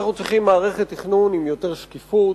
אנחנו צריכים מערכת תכנון עם יותר שקיפות,